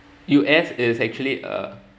U_S is actually uh